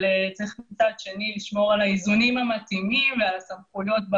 אבל מצד שני צריך לשמור על האיזונים המתאימים ועל הסמכויות שיהיו